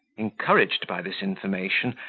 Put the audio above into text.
encouraged by this information,